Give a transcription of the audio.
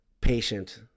patient